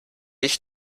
ich